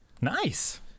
Nice